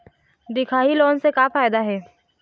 दिखाही लोन से का फायदा हे?